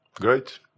Great